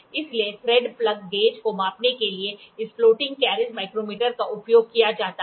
इसलिए thread plug gauge को मापने के लिए इस फ्लोटिंग कैरिज माइक्रोमीटर का उपयोग किया जाता है